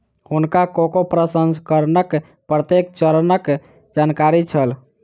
हुनका कोको प्रसंस्करणक प्रत्येक चरणक जानकारी छल